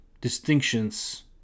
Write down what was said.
distinctions